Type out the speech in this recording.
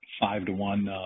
five-to-one